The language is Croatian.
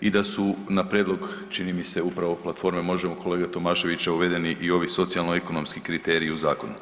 i da su na prijedlog čini mi se upravo platforme „Možemo“ kolege Tomaševića uvedeni i ovi socijalno ekonomski kriteriji u zakonu.